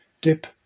dip